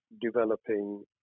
developing